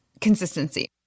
consistency